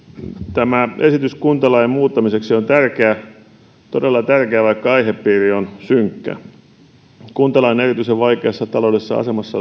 tämä esitys kuntalain muuttamiseksi on tärkeä todella tärkeä vaikka aihepiiri on synkkä kuntalain erityisen vaikeassa taloudellisessa asemassa